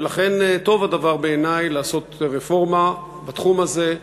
ולכן, טוב הדבר בעיני לעשות רפורמה בתחום הזה,